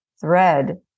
thread